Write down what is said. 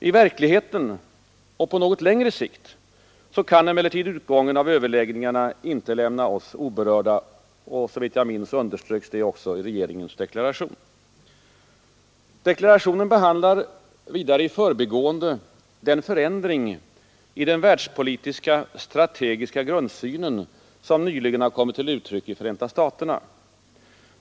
I verkligheten och på något längre sikt kan emellertid utgången av överläggningarna inte lämna oss oberörda, och såvitt jag minns underströks det också i regeringens deklaration. Regeringsdeklarationen behandlar vidare i förbigående den förändring i den världspolitiska strategiska grundsynen som nyligen har kommit till uttryck i Förenta staterna.